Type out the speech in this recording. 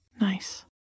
Nice